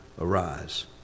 arise